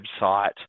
website